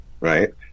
right